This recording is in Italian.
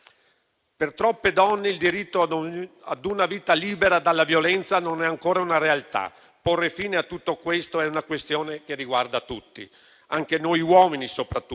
Per troppe donne, il diritto ad una vita libera dalla violenza non è ancora una realtà. Porre fine a tutto questo è una questione che riguarda tutti, anche noi uomini, consapevoli